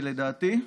לדעתי,